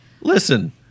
Listen